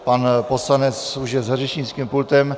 Pan poslanec už je za řečnickým pultem.